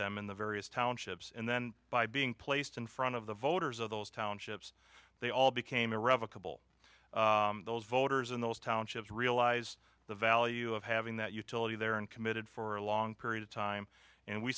them in the various townships and then by being placed in front of the voters of those townships they all became irrevocable those voters in those townships realize the value of having that utility there and committed for a long period of time and we